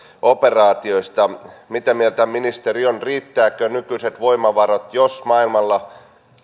operaatioista mitä mieltä ministeri on riittävätkö nykyiset voimavarat jos maailmalla